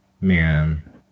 Man